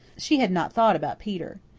she had not thought about peter.